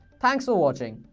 thanks for watching.